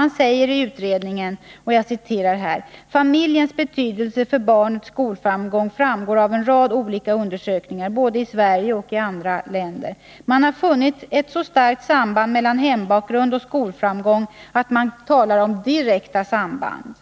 Man säger i utredningen: Familjens betydelse för barnets skolframgång framgår av en rad olika undersökningar, både i Sverige och i andra länder. Man har funnit ett så starkt samband mellan hembakgrund och skolframgång att man talar om direkta samband.